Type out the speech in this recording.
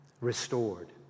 restored